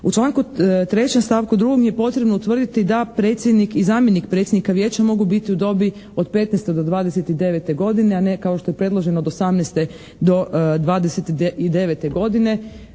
U članku 3. stavku 2. je potrebno utvrditi da predsjednik i zamjenik predsjednika Vijeća mogu biti u dobi od 15. do 29. godine, a ne kao što je predloženo od 18. do 29. godine.